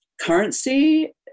currency